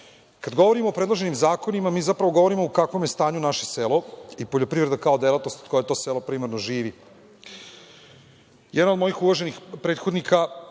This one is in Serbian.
Kada govorimo o predloženim zakonima, zapravo govorimo o kakvom je stanju naše selo i poljoprivreda kao delatnost od koje to selo primarno živi. Jedan od mojih uvaženih prethodnika